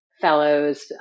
fellows